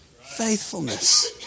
faithfulness